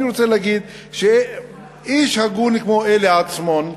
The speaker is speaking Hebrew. אני רוצה להגיד שאיש הגון כמו אלי עצמון,